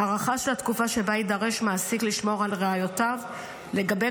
הארכה של התקופה שבה יידרש מעסיק לשמור על ראיותיו לגבי